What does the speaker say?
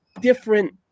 different